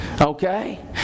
Okay